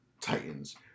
Titans